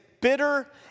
bitter